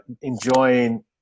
Enjoying